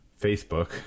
facebook